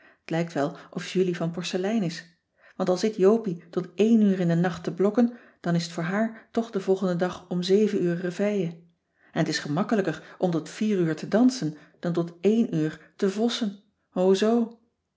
t lijkt wel of julie van porcelein is want al zit jopie tot éen uur in den nacht te blokken dan is t voor haar toch den volgenden dag om zeven uur reveille en t is gemakkelijker om tot vier uur te dansen dan tot éen uur te vossen o zoo